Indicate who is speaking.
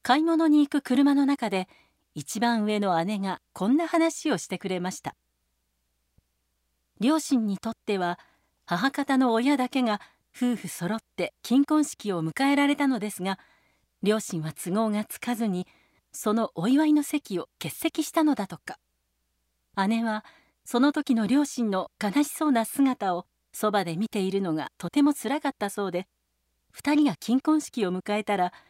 Speaker 1: 買い物に行く車の中で、一番上の姉がこんな話をしてくれました。両親にとっては、母方の親だけが夫婦揃って金婚式を迎えられたのですが、両親は都合がつかずに、そのお祝いの席を欠席したのだとか。姉はその時の両親の悲しそうな姿をそばで見ているのがとてもつらかったそうで、二人が金婚式を迎えたら